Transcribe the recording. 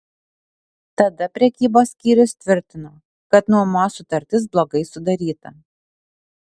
tada prekybos skyrius tvirtino kad nuomos sutartis blogai sudaryta